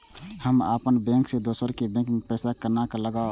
हम अपन बैंक से दोसर के बैंक में पैसा केना लगाव?